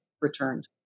returned